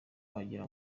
wagira